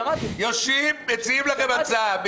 מציעים לכם הצעה.